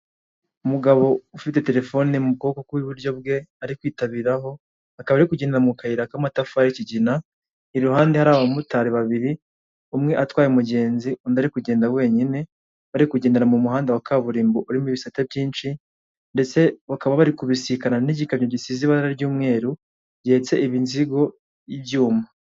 Umugabo ufite terefone mu kuboko kw'iburyo bwe ari kwitabiraho, akaba ari kugendera mu kayira k'amatafari k'ikigina, iruhande hari abamotari babiri, umwe atwaye umugenzi, undi ari kugenda wenyine, bari kugendera mu muhanda wa kaburimbo urimo ibisate byinshi ndetse bakaba bari kubisikana n'igikamyo gisize ibara ry'umweru, gihetse imizigo y'ibyuma.